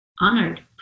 honored